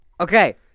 Okay